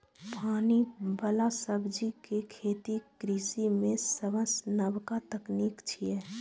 पानि बला सब्जी के खेती कृषि मे सबसं नबका तकनीक छियै